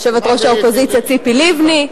יושבת-ראש האופוזיציה ציפי לבני,